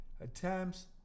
attempts